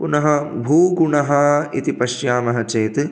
पुनः भूगुणः इति पश्यामः चेत्